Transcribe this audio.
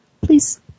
Please